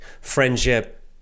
friendship